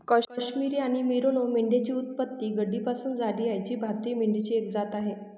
काश्मिरी आणि मेरिनो मेंढ्यांची उत्पत्ती गड्डीपासून झाली आहे जी भारतीय मेंढीची एक जात आहे